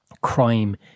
crime